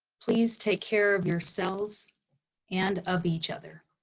please take care of yourselves and of each other.